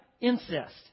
incest